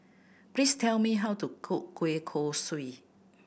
please tell me how to cook kueh kosui